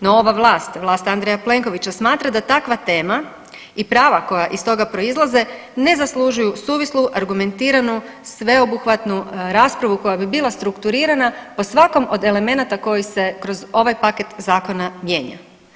No, ova vlast, vlast Andreja Plenkovića smatra da takva tema i prava koja iz toga proizlaze ne zaslužuju suvislu, argumentiranu, sveobuhvatnu raspravu koja bi bila strukturirana po svakom od elemenata koji se kroz ovaj paket zakona mijenja.